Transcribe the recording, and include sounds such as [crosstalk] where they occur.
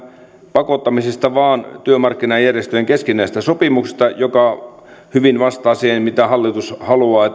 pakottamisesta vaan työmarkkinajärjestöjen keskinäisestä sopimuksesta joka hyvin vastaa siihen mitä hallitus haluaa [unintelligible]